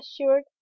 assured